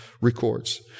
records